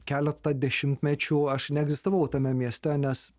keletą dešimtmečių aš neegzistavau tame mieste nes